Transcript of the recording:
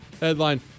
headline